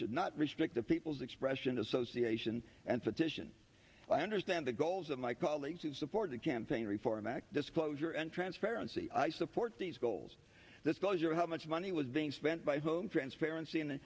should not restrict the people's expression association and dition i understand the goals of my colleagues who support the campaign reform act disclosure and transparency i support these goals this closure how much money was being spent by phone friends parents in